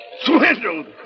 Swindled